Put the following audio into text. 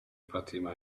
fatima